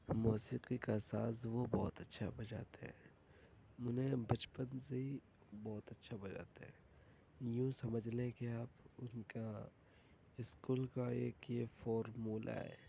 موسیقی کا ساز وہ بہت اچھا بجاتے ہیں انہیں بچپن سے ہی بہت اچھا بجاتا ہے یوں سمجھ لیں کہ آپ ان کا اسکول کا ایک یہ فارمولہ ہے